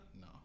No